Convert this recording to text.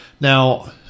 Now